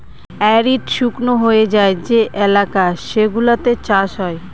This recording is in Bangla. এরিড শুকনো হয়ে যায় যে এলাকা সেগুলোতে চাষ হয়